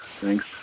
Thanks